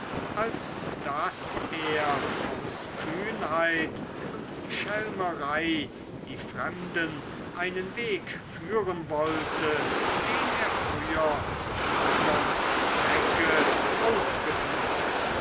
als daß er aus kühnheit und schelmerei die fremden einen weg führen wollte den er früher zu anderm zwecke ausgefunden